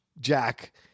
Jack